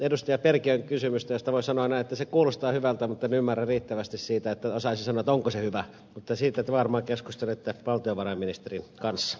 perkiön kysymystä josta voin sanoa näin että se kuulostaa hyvältä mutta en ymmärrä riittävästi siitä että osaisin sanoa onko se hyvä mutta siitä te varmaan keskustelette valtiovarainministerin kanssa